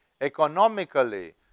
economically